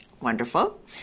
Wonderful